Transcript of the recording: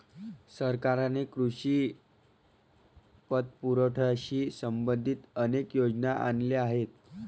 सरकारने कृषी पतपुरवठ्याशी संबंधित अनेक योजना आणल्या आहेत